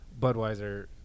Budweiser